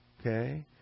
Okay